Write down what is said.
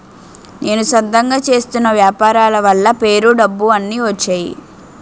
నేను సొంతంగా చేస్తున్న వ్యాపారాల వల్ల పేరు డబ్బు అన్ని వచ్చేయి